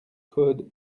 code